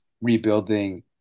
rebuilding –